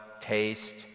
taste